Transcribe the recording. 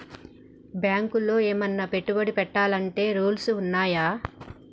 బ్యాంకులో ఏమన్నా పెట్టుబడి పెట్టాలంటే రూల్స్ ఉన్నయా?